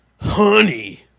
Honey